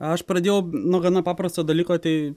aš pradėjau nuo gana paprasto dalyko tai